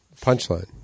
Punchline